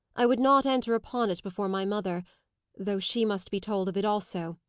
i would not enter upon it before my mother though she must be told of it also,